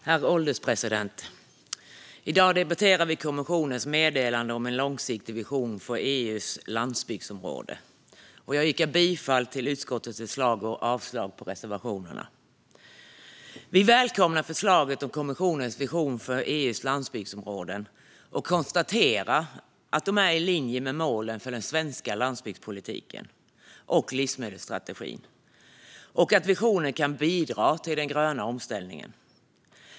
Herr ålderspresident! I dag debatterar vi kommissionens meddelande om en långsiktig vision för EU:s landsbygdsområden. Jag yrkar bifall till utskottets förslag och avslag på reservationerna. Vi välkomnar förslaget om kommissionens vision för EU:s landsbygdsområden. Vi konstaterar att det är i linje med målen för den svenska landsbygdspolitiken och livsmedelsstrategin och att visionen kan bidra till den gröna omställningen.